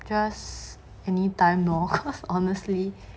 just anytime lor honestly